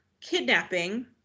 kidnapping